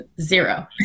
Zero